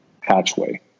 hatchway